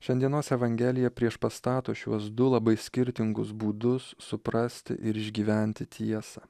šiandienos evangelija priešpastato šiuos du labai skirtingus būdus suprasti ir išgyventi tiesą